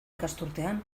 ikasturtean